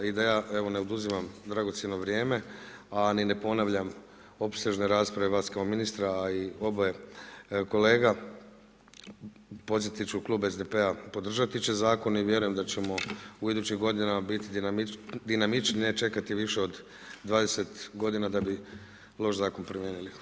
I da ja evo ne oduzimam dragocjeno vrijeme a ni ne ponavljam opsežne rasprave vas kao ministra, a i oboje kolega, podsjetit ću, klub SDP-a podržati će zakon i vjerujem da ćemo u idućim godinama biti dinamičniji, ne čekati više od 20 g. da bi loš zakon promijenili.